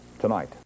tonight